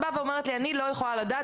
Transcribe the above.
את באה ואומרת לי: אני לא יכולה לדעת